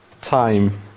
time